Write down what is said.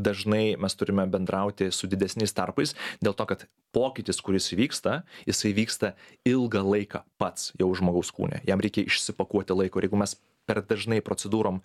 dažnai mes turime bendrauti su didesniais tarpais dėl to kad pokytis kuris įvyksta jisai vyksta ilgą laiką pats jau žmogaus kūne jam reikia išsipakuoti laiko ir jeigu mes per dažnai procedūrom